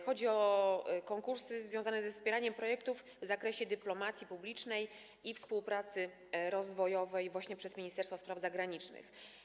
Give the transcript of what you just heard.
Chodzi o konkursy związane ze wspieraniem projektów w zakresie dyplomacji publicznej i współpracy rozwojowej właśnie przez Ministerstwo Spraw Zagranicznych.